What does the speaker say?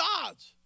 gods